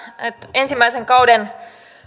ensimmäisen kauden